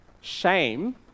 shame